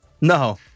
No